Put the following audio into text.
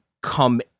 come